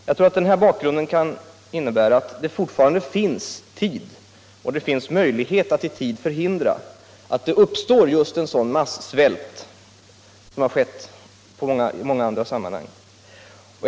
Jag tror att detta kan innebära att det fortfarande finns tid att förhindra att det uppstår just en sådan massvält som har inträffat i många andra sammanhang vid krig.